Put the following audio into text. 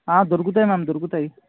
దొరుకుతాయి మ్యామ్ దొరుకుతాయి